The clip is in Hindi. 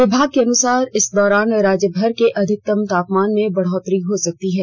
विभाग के अनुसार इस दौरान राज्य भर के अधिकतम तापमान में बढ़ोतरी हो सकती है